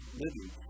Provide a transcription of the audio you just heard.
living